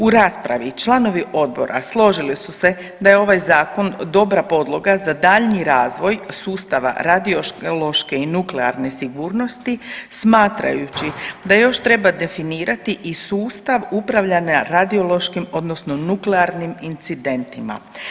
U raspravi članovi odbora složili su se da je ovaj zakon dobra podloga za daljnji razvoj sustava radiološke i nuklearne sigurnosti smatrajući da još treba definirati i sustav upravljanja radiološkim odnosno nuklearnim incidentima.